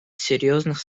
серьезных